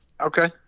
Okay